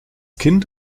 kind